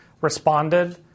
responded